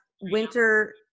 winter